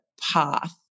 path